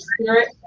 spirit